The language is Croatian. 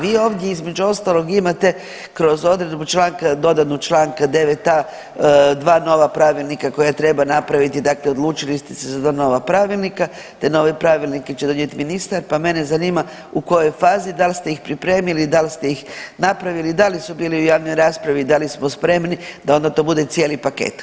Vi ovdje između ostalog imate kroz odredbu članka dodan čl. 9.a dva nova pravilnika koja treba napraviti dakle odlučili ste se za dva nova pravilnika te nove pravilnike će donijeti ministar, pa mene zanima u kojoj fazi, dal ste ih pripremili, dal ste ih napravili, da li su bili u javnoj raspravi i da li smo spremni da onda to bude cijeli paket?